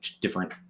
different